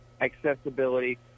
accessibility